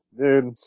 dude